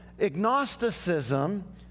agnosticism